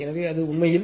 எனவே அது உண்மையில் 0